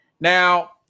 Now